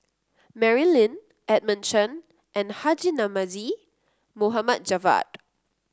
Mary Lim Edmund Chen and Haji Namazie Mohd Javad